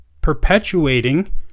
perpetuating